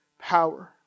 power